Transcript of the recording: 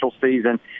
season